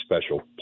special